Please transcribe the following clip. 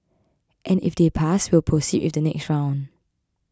and if they pass we'll proceed with the next round